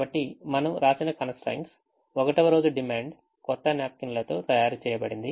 కాబట్టి మనము వ్రాసిన కన్స్ ట్రైన్ట్స్ 1వ రోజు డిమాండ్ కొత్త న్యాప్కిన్ లతో తయారు చేయబడింది